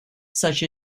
such